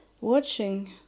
watching